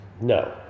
no